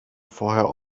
vorher